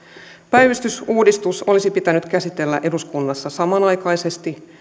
päivystysuudistus olisi pitänyt käsitellä eduskunnassa samanaikaisesti